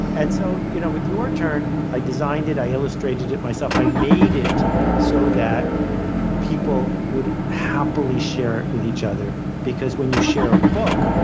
and so you know with your turn, i designed it, i illustrated it myself i made it so that people would happily share it with each other. because when you share a book,